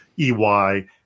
EY